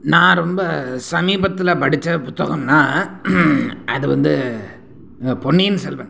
நான் ரொம்ப சமீபத்தில் படித்த புத்தகம்னா அது வந்து இந்த பொன்னியின் செல்வன்